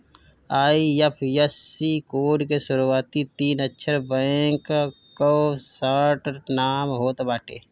IFSC code के शुरूआती तीन अक्षर बैंक कअ शार्ट नाम होत बाटे